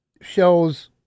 shows